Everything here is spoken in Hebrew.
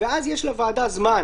ואז יש לוועדה זמן,